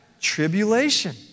tribulation